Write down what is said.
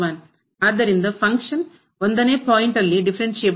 ಆದ್ದರಿಂದ ಫಂಕ್ಷನ್ ಕಾರ್ಯವು 1 ನೇ ಪಾಯಿಂಟ್ ಲ್ಲಿ ದಿಫರೆನ್ಸಿಯಬಲ್ಲ್ ಆವಾಗಿರುವುದಿಲ್ಲ